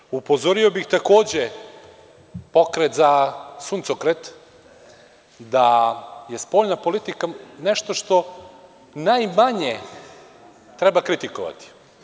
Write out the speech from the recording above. Takođe, upozorio bih pokret za suncokret da je spoljna politika nešto što najmanje treba kritikovati.